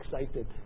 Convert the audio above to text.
excited